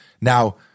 Now